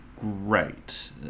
great